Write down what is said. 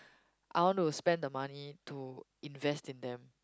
I want to spend the money to invest in them